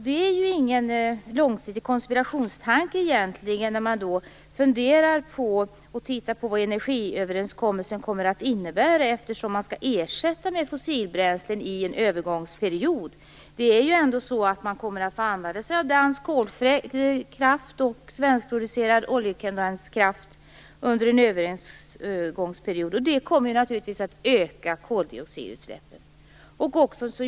Det är egentligen ingen långsiktig konspirationstanke när man funderar på vad energiöverenskommelsen kommer att innebära, eftersom man skall ersätta med fossilbränslen i en övergångsperiod. Man kommer ju att få använda sig av dansk kolkraft och svenskproducerad oljekondenskraft under en övergångsperiod, vilket naturligtvis kommer att öka koldioxidutsläppen.